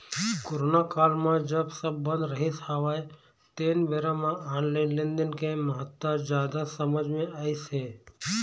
corona काल म जब सब बंद रहिस हवय तेन बेरा म ऑनलाइन लेनदेन के महत्ता जादा समझ मे अइस हे